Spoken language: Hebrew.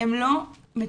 הם לא מטופלים.